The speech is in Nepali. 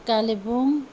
कालेबुङ